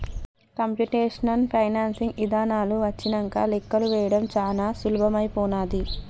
computational financing ఇదానాలు వచ్చినంక లెక్కలు వేయడం చానా సులభమైపోనాది